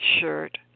shirt